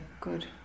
good